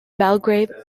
belgrave